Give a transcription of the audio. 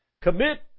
Commit